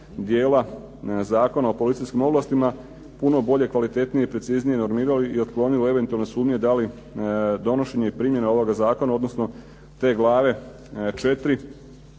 dijela Zakona o policijskim ovlastima puno bolje, kvalitenije, preciznije normirali i otklonili eventualne sumnje da li donošenje i primjena ovoga zakona, odnosno te glave 4.